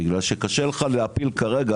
בגלל שקשה לך להפיל כרגע,